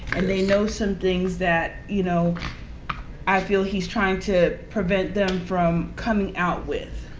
and they know some things that, you know i feel he's trying to prevent them from coming out with.